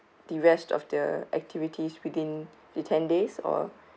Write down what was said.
the rest of the activities within the ten days or